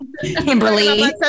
Kimberly